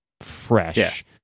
fresh